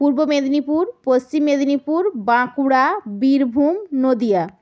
Purba Medinipur Paschim Medinipur Bankura Birbhum Nadia